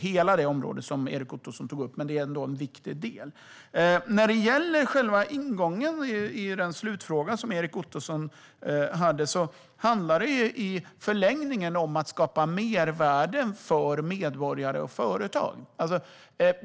Hela det område som Erik Ottoson tog upp täcks inte, men det är ändå en viktig del. När det gäller själva ingången i Erik Ottosons slutfråga handlar det i förlängningen om att skapa mervärden för medborgare och företag.